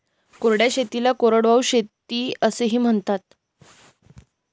कोरड्या शेतीला कोरडवाहू शेती असेही म्हणतात